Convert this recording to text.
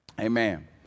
Amen